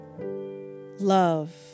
Love